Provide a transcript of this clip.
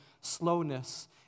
slowness